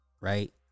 right